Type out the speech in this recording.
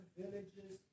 villages